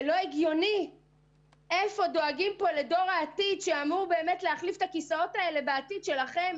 לא דואגים פה לדור העתיד שאמור להחליף את היושבים בכיסאות שלכם.